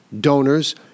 donors